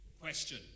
Question